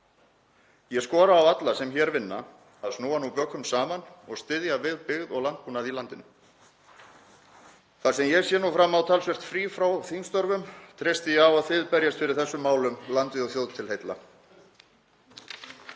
Ég skora á alla sem hér vinna að snúa nú bökum saman og styðja við byggð og landbúnað í landinu. Þar sem ég sé fram á talsvert frí frá þingstörfum treysti ég á að þið berjist fyrir þessum málum, landi og þjóð til heilla.